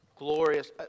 Glorious